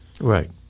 Right